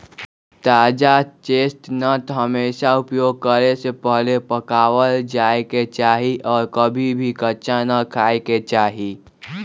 ताजा चेस्टनट हमेशा उपयोग करे से पहले पकावल जाये के चाहि और कभी भी कच्चा ना खाय के चाहि